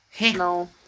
No